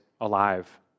alive